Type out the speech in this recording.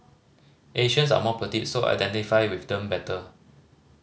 Asians are more petite so I identify with them better